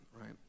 right